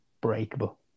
breakable